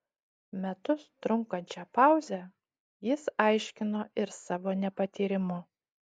metus trunkančią pauzę jis aiškino ir savo nepatyrimu